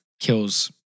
Kills